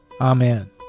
Amen